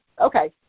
Okay